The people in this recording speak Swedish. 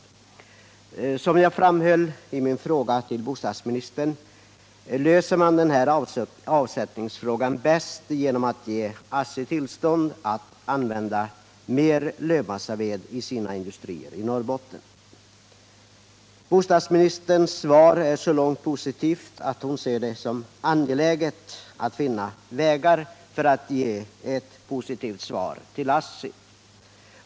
Som jag framhöll i min fråga till bostadsministern löser man avsättningsproblemet bäst genom att ge ASSI tillstånd att använda mer lövmassaved i sina industrier i Norrbotten. Bostadsministerns svar är så till vida tillfredsställande att hon anser det vara angeläget att finna vägar för att kunna ge ett positivt besked till ASSI.